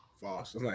False